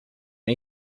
and